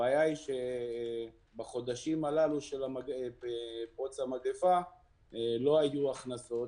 הבעיה היא שבחודשים הללו של פרוץ המגיפה לא היו הכנסות,